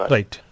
Right